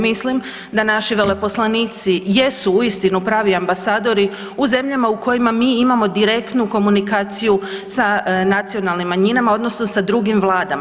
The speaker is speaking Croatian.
Mislim da naši veleposlanici jesu uistinu pravi ambasadori u zemljama u kojima mi imamo direktnu komunikaciju sa nacionalnim manjinama odnosno sa drugim vladama.